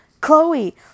Chloe